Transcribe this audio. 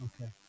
Okay